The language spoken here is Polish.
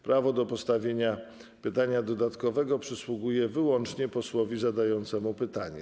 Prawo do postawienia pytania dodatkowego przysługuje wyłącznie posłowi zadającemu pytanie.